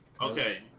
Okay